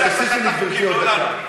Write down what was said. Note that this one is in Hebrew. תוסיפי לי, גברתי, עוד דקה.